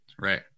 Right